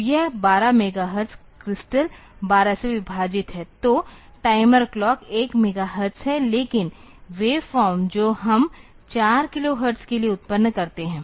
तो यह 12 megahertz crystal 12 से विभाजित है तो टाइमर क्लॉक 1 मेगाहर्ट्ज़ है लेकिन वेवफॉर्म जो हम 4 किलो हर्ट्ज़ के लिए उत्पन्न करते हैं